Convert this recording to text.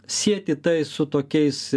sieti tai su tokiais